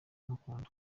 mukunda